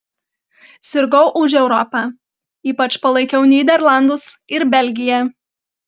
sirgau už europą ypač palaikiau nyderlandus ir belgiją